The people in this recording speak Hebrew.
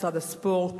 משרד הספורט,